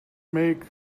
make